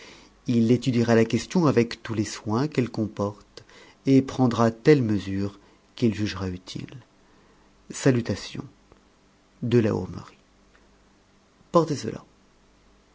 il étudiera la question avec tous les soins qu'elle comporte et prendra telles mesures qu'il jugera utiles salutations de la hourmerie portez cela